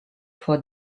vor